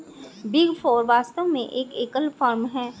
big four वास्तव में एक एकल फर्म है